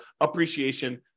appreciation